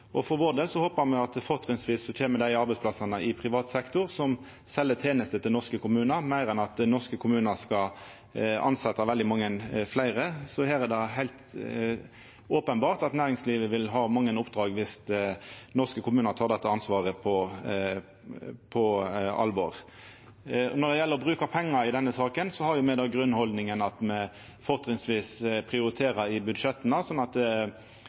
For vår del håpar me at dei arbeidsplassane fortrinnsvis kjem i privat sektor, som sel tenester til norske kommunar, meir enn at norske kommunar skal tilsetja mange fleire. Her er det heilt openbert at næringslivet vil ha mange oppdrag om norske kommunar tek dette ansvaret på alvor. Når det gjeld bruk av pengar i denne saka, har me den grunnhaldninga at me fortrinnsvis prioriterer i budsjetta.